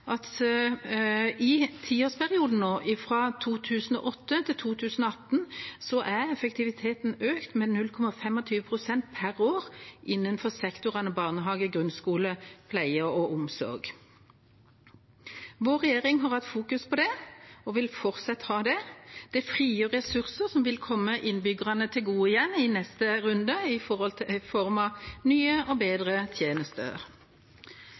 at i tiårsperioden 2008–2018 er effektiviteten økt med 0,25 pst. per år innenfor sektorene barnehage, grunnskole, pleie og omsorg. Vår regjering har vært opptatt av det og vil fortsatt være det. Det frigjør ressurser som i neste runde vil komme innbyggerne til gode i form av nye og bedre tjenester. Gjennom hele denne debatten har vi hørt fra opposisjonen at kommuner må kutte i kritiske tjenester som skole, barnehage og